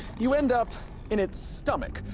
you end up in its stomach.